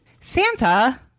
Santa